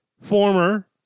Former